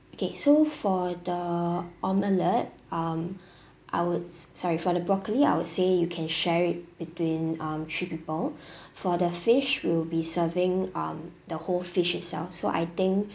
okay so for the omelette um I would s~ sorry for the broccoli I would say you can share it between um three people for the fish will be serving um the whole fish itself so I think